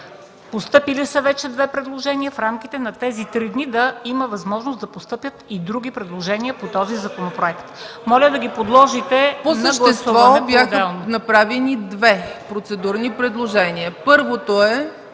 По същество бяха направени две процедурни предложения. Първото е